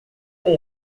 com